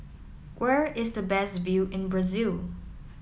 where is the best view in Brazil